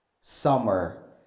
summer